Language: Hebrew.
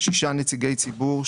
שישה נציגי ציבור,